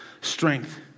Strength